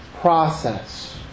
process